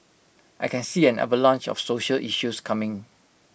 I can see an avalanche of social issues coming